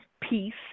peace